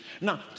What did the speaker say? Now